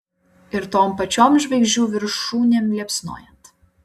ir tom pačiom žvaigždžių viršūnėm liepsnojant